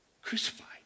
Crucified